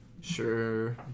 Sure